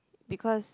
because